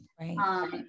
Right